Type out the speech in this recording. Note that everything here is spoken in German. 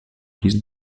diesen